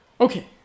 Okay